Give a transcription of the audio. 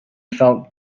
felt